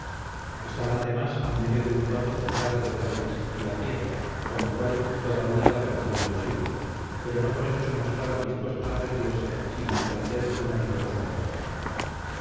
estaban además en medio de un coto cercado de paredes y a pie con lo cual toda huida parecía imposible pero no por eso se mostraban dispuestos a rendirse sino a emprender una vigorosa defensa